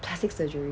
plastic surgery